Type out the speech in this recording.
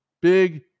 big